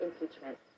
impeachment